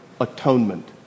atonement